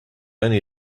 only